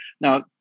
Now